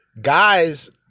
Guys